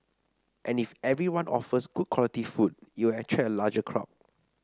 and if everyone offers good quality food it'll attract a larger crowd